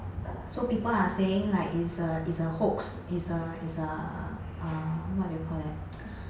so people are saying like is a is a hoax is a is a uh what do you call that